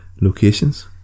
locations